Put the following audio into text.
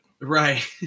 Right